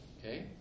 okay